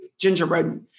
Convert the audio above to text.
gingerbread